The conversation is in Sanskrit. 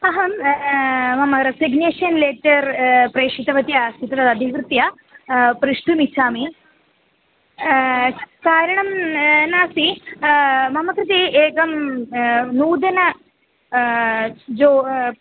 अहं मम रेसिग्नेशन् लेटर् प्रेषितवती असीत् तद् अधिकृत्य प्रष्टुमिच्छामि कारणं न नास्ति मम कृते एकं नूतनं जो